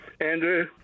Andrew